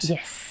Yes